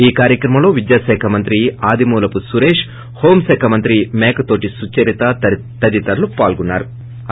ఈ కార్యక్రమంలో విద్యాశాఖ మంత్రి ఆదిమూలపు సురేష్ హోం మంత్రి మేకతోటి సుచరిత తదితరులు పాల్గొన్నారు